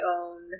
own